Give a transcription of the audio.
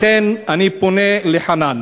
לכן, אני פונה לחנאן